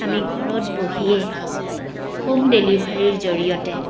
আমি ঘৰত বহিয়ে হোম ডেলিভাৰীৰ জৰিয়তে